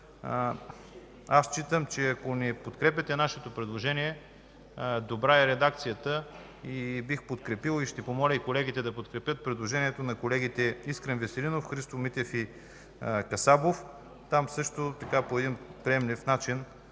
считам, че ако не подкрепите нашето предложение, добра е редакцията и бих подкрепил, ще помоля и колегите да подкрепят, предложението на колегите Искрен Веселинов, Христо Митев и Валентин Касабов. Там също по един приемлив начин